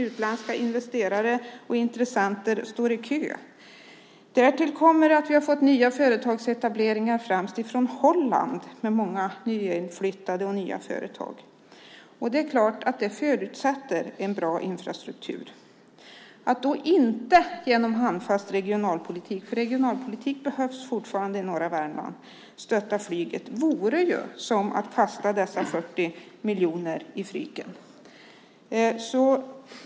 Utländska investerare och intressenter står i kö. Därtill kommer att vi har fått nya företagsetableringar främst från Holland med många nyinflyttade och nya företag. Det är klart att det förutsätter en bra infrastruktur. Att då inte bedriva någon handfast regionalpolitik och stötta flyget vore som att kasta dessa 40 miljoner i Fryken.